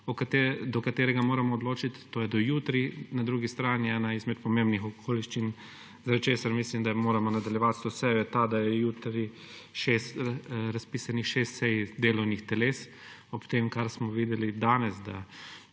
do katerega moramo odločiti, to je do jutri. Na drugi strani je ena izmed pomembnih okoliščin, zakaj mislim, da moramo nadaljevati s to sejo, ta, da je jutri razpisanih šest sej delovnih teles. Ob tem kar smo videli danes, da